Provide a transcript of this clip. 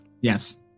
Yes